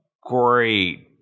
great